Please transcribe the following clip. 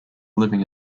living